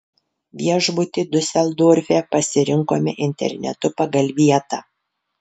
viešbutį diuseldorfe pasirinkome internetu pagal vietą